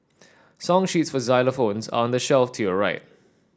song sheets for xylophones are on the shelf to your right